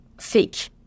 fake